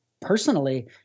personally